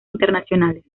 internacionales